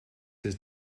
have